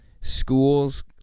schools